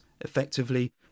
Effectively